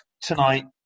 tonight